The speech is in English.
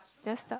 just the